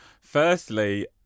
firstly